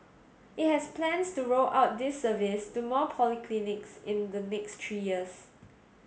it has plans to roll out this service to more polyclinics in the next three years